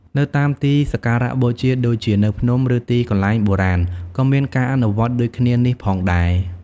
នៅតាមទីសក្ការៈបូជាដូចជានៅភ្នំ ឬទីកន្លែងបុរាណក៏មានការអនុវត្តដូចគ្នានេះផងដែរ។